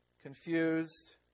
confused